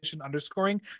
underscoring